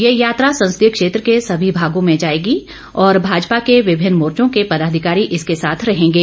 ये यात्रा संसदीय क्षेत्र के सभी भागों में जाएगी और भाजपा के विभिन्न मोर्चो के पदाधिकारी इसके साथ रहेंगे